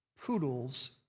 poodles